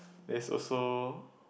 there's also